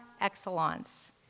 excellence